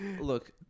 Look